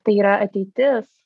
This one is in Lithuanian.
tai yra ateitis